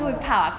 orh